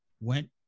went